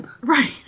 Right